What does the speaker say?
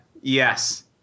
Yes